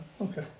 okay